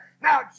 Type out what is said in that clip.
Now